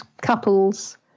couples